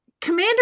Commander